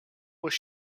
was